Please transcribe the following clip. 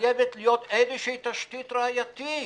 חייבת להיות איזושהי תשתית ראייתית,